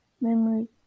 memory